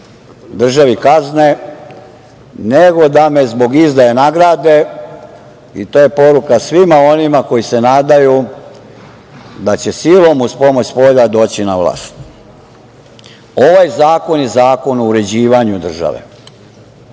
državi kazne nego da me zbog izdaje nagrade. To je poruka svima onima koji se nadaju da će silom uz pomoć spolja doći na vlast. Ovaj zakon je zakon o uređivanju države.